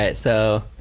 ah so.